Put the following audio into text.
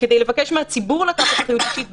וכדי לבקש מהציבור לקחת אחריות אישית,